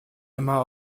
immer